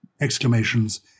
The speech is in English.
exclamations